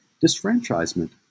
Disfranchisement